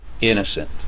innocent